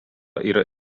yra